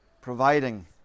providing